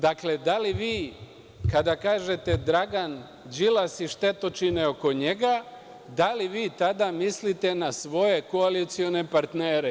Dakle, kada kažete Dragan Đilas i štetočine oko njega, da li vi tada mislite na svoje koalicione partnere?